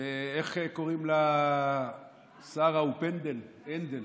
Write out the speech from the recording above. איך קוראים לשר ההוא, פנדל, הנדל?